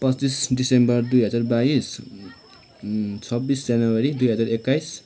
पच्चिस दिसम्बर दुई हजार बाइस छब्बिस जनवरी दुई हजार एक्काइस